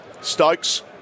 Stokes